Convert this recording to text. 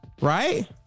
Right